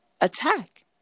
attack